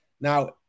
Now